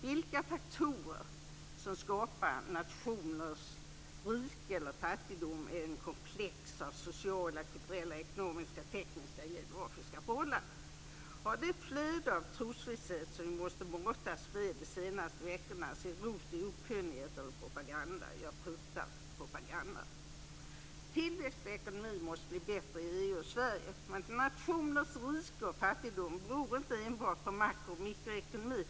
Vilka faktorer som skapar nationers rike eller fattigdom är ett komplex av sociala, kulturella, ekonomiska, tekniska och geografiska förhållanden. Har det flöde av trosvisshet som vi matats med de senaste veckorna sin rot i okunnighet eller propaganda? Jag fruktar att det är propaganda. Tillväxt och ekonomi måste bli bättre i EU och Sverige. Men nationers rike och fattigdom beror inte enbart på makro eller mikroekonomi.